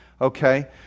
Okay